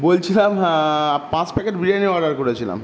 বলছিলাম হ্যাঁ পাঁচ প্যাকেট বিরিয়ানি অর্ডার করেছিলাম